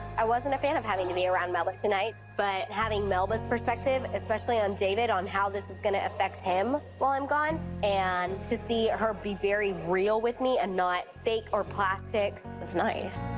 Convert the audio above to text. i wasn't a fan of having to be around melba tonight, but having melba's perspective, especially on david, on how this is gonna affect him while i'm gone and to see her be very real with me and not fake or plastic was nice.